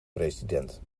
president